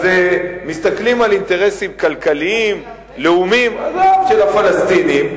אז מסתכלים על אינטרסים כלכליים לאומיים של הפלסטינים,